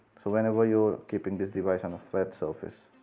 so whenever you are keeping this device on a flat surface.